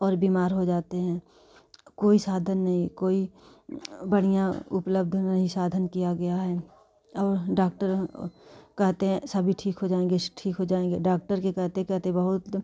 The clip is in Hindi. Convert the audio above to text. और बीमार हो जाते हैं कोई साधन नहीं कोई बढ़िया उपलब्ध नहीं साधन किया गया है और डाक्टर कहते हैं सभी ठीक हो जाएँगे ठीक हो जाएँगे डाक्टर के कहते कहते बहुत